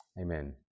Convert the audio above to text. Amen